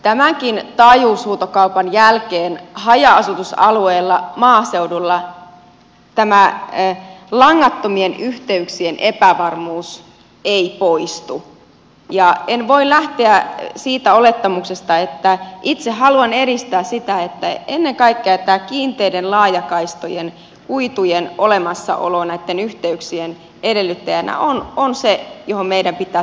tämänkin taajuushuutokaupan jälkeen haja asutusalueilla maaseudulla tämä langattomien yhteyksien epävarmuus ei poistu ja en voi lähteä siitä olettamuksesta vaan itse haluan edistää sitä että ennen kaikkea tämä kiinteiden laajakaistojen kuitujen olemassaolo näitten yhteyksien edellyttäjänä on se johon meidän pitää tulevaisuudessakin panostaa